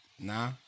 nah